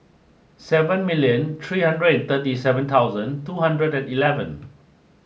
seven million three hundred thirty seven thousand two hundred and eleven